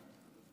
תודה.